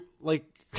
like-